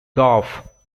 gough